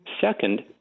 second